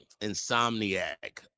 insomniac